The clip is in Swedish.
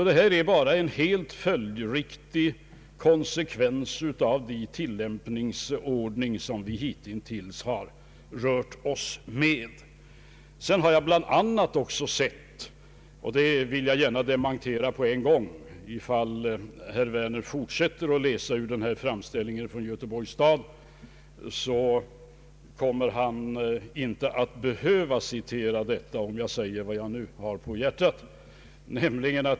Detta är alltså bara en helt följdriktig konsekvens av den tilllämpningsordning som vi hittills har rört oss med. Om herr Werner fortsätter att läsa ur framställningen från Göteborgs stad kommer han inte att behöva citera detta, om jag säger vad jag nu har på hjärtat.